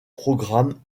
programmes